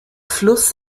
fluss